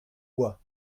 bois